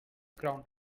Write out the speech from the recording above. ground